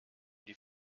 die